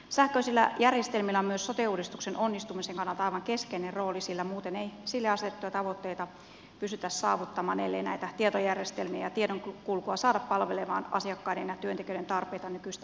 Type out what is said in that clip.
sähköisillä järjestelmillä on myös sote uudistuksen onnistumisen kannalta aivan keskeinen rooli sillä muuten ei sille asetettuja tavoitteita pystytä saavuttamaan ellei näitä tietojärjestelmiä ja tiedonkulkua saada palvelemaan asiakkaiden ja työntekijöiden tarpeita nykyistä paremmin